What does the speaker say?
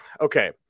Okay